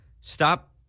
stop